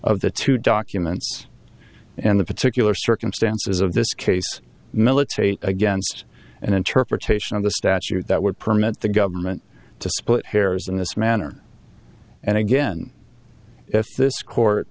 of the two documents and the particular circumstances of this case military against an interpretation of the statute that would permit the government to split hairs in this manner and again if this court